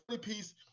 piece